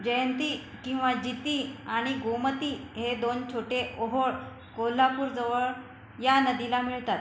जयंती किंवा जिती आणि गोमती हे दोन छोटे ओहोळ कोल्हापूरजवळ या नदीला मिळतात